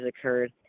occurred